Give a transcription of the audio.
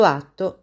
atto